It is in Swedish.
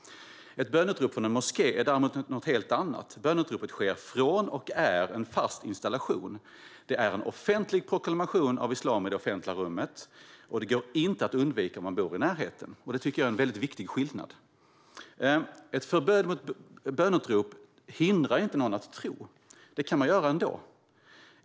Ett böneutrop från en moské är däremot något helt annat. Böneutropet sker från, och är, en fast installation. Det är en offentlig proklamation av islam i det offentliga rummet, och det går inte att undvika om man bor i närheten. Det tycker jag är en viktig skillnad. Ett förbud mot böneutrop hindrar inte någon att tro. Det kan man göra ändå.